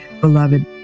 Beloved